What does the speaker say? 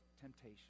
temptation